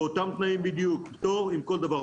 באותם תנאים בדיוק: פטור עם כל דבר.